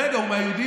רגע, הוא מהיהודים?